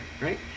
right